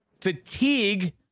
fatigue